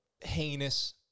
heinous